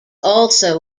also